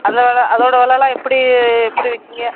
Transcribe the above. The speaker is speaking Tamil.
அதோடய வில அதோடய வெலைலாம் எப்படி எப்படி விற்கீங்க